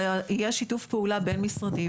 יש שיתוף פעולה בין-משרדי,